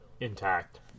intact